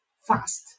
fast